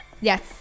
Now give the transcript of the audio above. yes